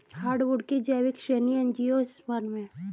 hardwood की जैविक श्रेणी एंजियोस्पर्म है